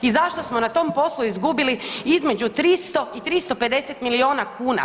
I zašto smo na tom poslu izgubili između 300 i 350 milijuna kuna?